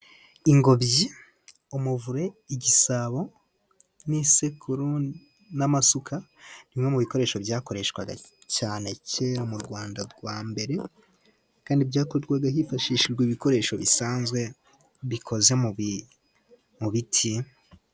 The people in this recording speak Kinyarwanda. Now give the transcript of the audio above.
Ingobyi, umuvure, igisabo,n' isekuru n'amasuka, ni bimwe mu bikoresho byakoreshwaga cyane kera mu Rwanda rwa mbere. Kandi byakorwaga hifashishijwe ibikoresho bisanzwe bikoze mu biti.